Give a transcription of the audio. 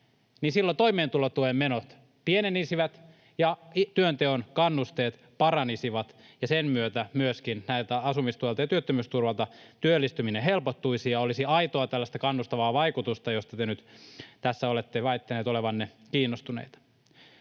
silloin toimeentulotuen menot pienenisivät ja työnteon kannusteet paranisivat ja sen myötä myöskin asumistuelta ja työttömyysturvalta työllistyminen helpottuisi ja olisi aitoa tällaista kannustavaa vaikutusta, josta te nyt tässä olette väittäneet olevanne kiinnostuneita.